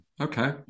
Okay